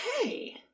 Okay